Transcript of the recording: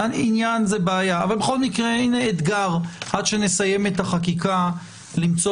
אז הינה אתגר: עד שנסיים את החקיקה למצוא